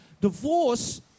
divorce